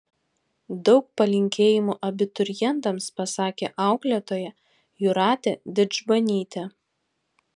daug palinkėjimų abiturientams pasakė auklėtoja jūratė didžbanytė